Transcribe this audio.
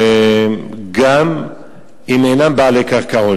גם אם אינם בעלי קרקעות.